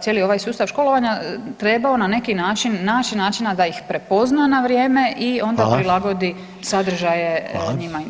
cijeli ovaj sustav školovanja trebao na neki način naći načina da ih prepozna na vrijeme i onda prilagodi sadržaje njima individualno.